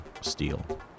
steel